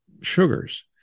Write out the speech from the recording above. sugars